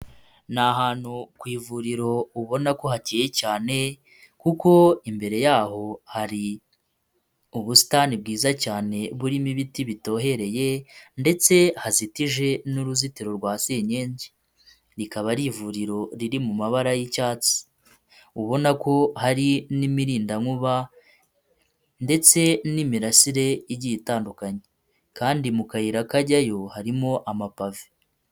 Ni ahantu ku ivuriro ubona ko hakeye cyane, kuko imbere yaho hari ubusitani bwiza cyane burimo ibiti bitohereye ndetse hazitije n'uruzitiro rwa senyenge. Rikaba ari ivuriro riri mu mabara y'icyatsi, ubona ko hari n'imirindankuba ndetse n'imirasire igiye itandukanye kandi mu kayira kajyayo harimo amapave.